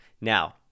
Now